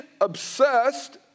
obsessed